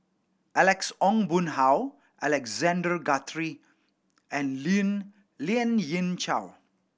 Alex Ong Boon Hau Alexander Guthrie and Lien Ying Chow